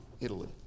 Italy